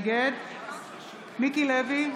נגד מיקי לוי,